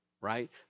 right